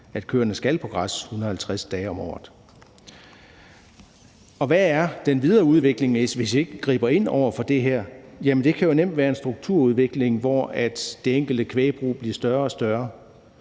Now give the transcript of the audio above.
at køerne skal på græs 150 dage om året. Hvad er den videre udvikling, hvis ikke vi griber ind over for det her? Jamen det kan jo nemt være en strukturudvikling, hvor det enkelte kvægbrug bliver større og større,